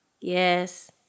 yes